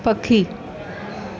पखी